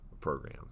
program